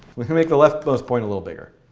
we can make the leftmost point a little bigger.